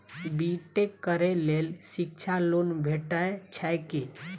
B tech करै लेल शिक्षा लोन भेटय छै की?